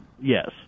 Yes